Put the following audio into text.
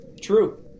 True